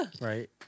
Right